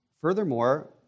Furthermore